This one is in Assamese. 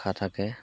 থাকে